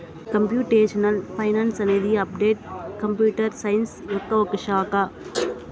computational finance అనేది applied computer science యొక్క ఒక శాఖ